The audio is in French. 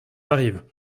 m’arrive